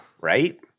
right